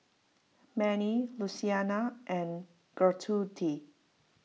Mannie Luciana and Gertrude